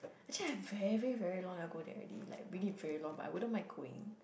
actually I very very long never go there already like really very long but I wouldn't mind going